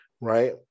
right